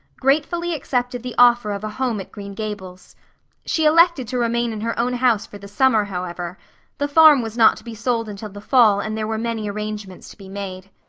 gratefully accepted the offer of a home at green gables she elected to remain in her own house for the summer, however the farm was not to be sold until the fall and there were many arrangements to be made.